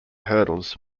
hurdles